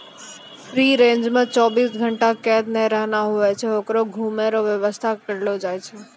free range मे चौबीस घंटा कैद नै रहना हुवै छै होकरो घुमै रो वेवस्था करलो जाय छै